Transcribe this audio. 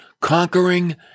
conquering